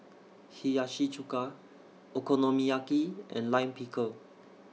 Hiyashi Chuka Okonomiyaki and Lime Pickle